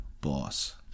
boss